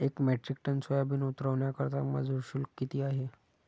एक metric ton soyabean उतरवण्याकरता मजूर शुल्क किती आहे?